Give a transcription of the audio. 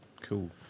Cool